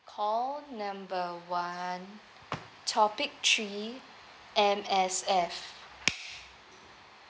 call number one topic three M_S_F